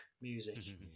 music